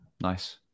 nice